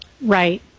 Right